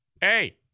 Hey